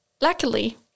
luckily